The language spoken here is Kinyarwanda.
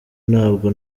ntabwo